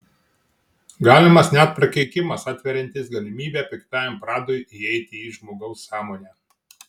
galimas net prakeikimas atveriantis galimybę piktajam pradui įeiti į žmogaus sąmonę